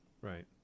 Right